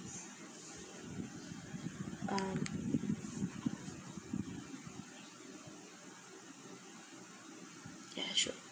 ya sure